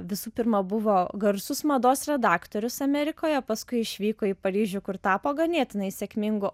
visų pirma buvo garsus mados redaktorius amerikoje paskui išvyko į paryžių kur tapo ganėtinai sėkmingu